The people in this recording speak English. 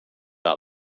not